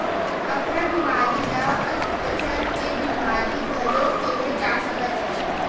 अफरा बेमारी ल अधपचन के बेमारी घलो केहे जा सकत हे